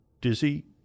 dizzy